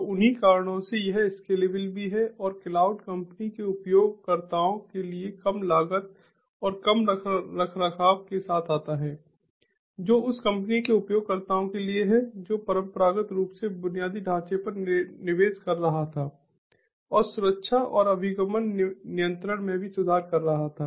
तो उन्हीं कारणों से यह स्केलेबल भी है और क्लाउड कंपनी के उपयोगकर्ताओं के लिए कम लागत और कम रख रखाव के साथ आता है जो उस कंपनी के उपयोगकर्ताओं के लिए है जो परंपरागत रूप से बुनियादी ढांचे पर निवेश कर रहा था और सुरक्षा और अभिगम नियंत्रण में भी सुधार कर रहा था